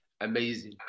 amazing